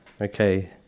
Okay